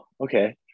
okay